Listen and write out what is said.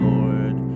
Lord